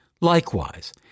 Likewise